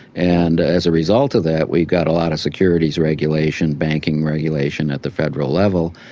and as a result of that, we got a lot of securities regulation, banking regulation at the federal level,